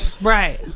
right